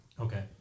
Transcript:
Okay